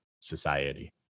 society